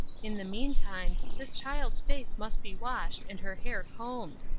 in the meantime, this child's face must be washed and her hair combed.